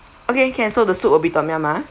okay can so the soup will be to tom yum ah